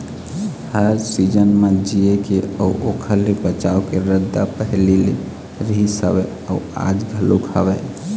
हर season म जीए के अउ ओखर ले बचाव के रद्दा पहिली ले रिहिस हवय अउ आज घलोक हवय